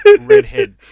Redhead